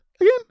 again